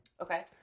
Okay